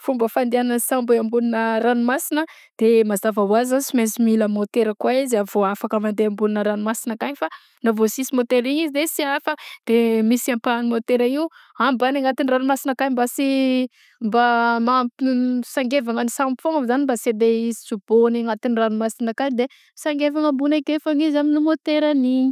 Fomba fandehagnan'ny sambo eo ambonina ranomasina de mazava ho azy sy mainsy mila môtera koa izy vao afaka mandeha ambonina ranomasina akany fa raha vao sisy môtera igny izy de tsy afaka de de misy apahany môtera io ambagny agnaty ranomasina akany mba tsy mba mamp- m- singevagna ny sambo foagna zany mba tsy andeha tsoboagny agnaty ranomasina akany de misengevana ambony ekeo foagna izy amy môterany igny.